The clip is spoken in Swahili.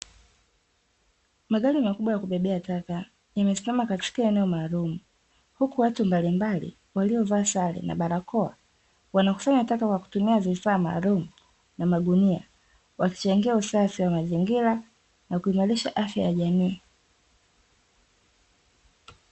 Magari makubwa ya kubebea taka, yamesimama kwenye eneo maalumu, huku watu mbalimbali waliovaa sare na barakoa wanakusanya taka kwa kutumia vifaa maalumu na magunia, wakichangia usafi wa mazingira na kuimarisha afya ya jamii.